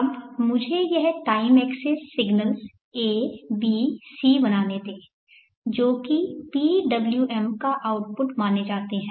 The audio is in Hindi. अब मुझे यहां time axis signals a b c बनाने दें जो कि PWM का आउटपुट माने जाते है